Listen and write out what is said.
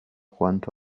quanto